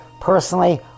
personally